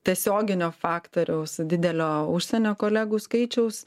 tiesioginio faktoriaus didelio užsienio kolegų skaičiaus